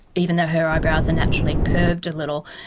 even though her eyebrows are naturally curved a little,